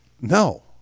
No